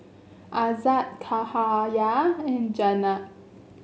Aizat Cahaya and Jenab